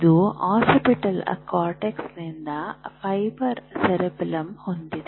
ಇದು ಆಕ್ಸಿಪಿಟಲ್ ಕಾರ್ಟೆಕ್ಸ್ನಿಂದ ಫೈಬರ್ ಸ್ಟೆಬಲಿಂಗ್ ಹೊಂದಿದೆ